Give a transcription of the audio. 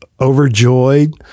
overjoyed